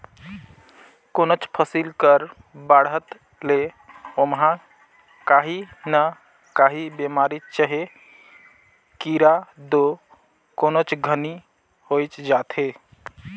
कोनोच फसिल कर बाढ़त ले ओमहा काही न काही बेमारी चहे कीरा दो कोनोच घनी होइच जाथे